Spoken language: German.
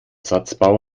satzbau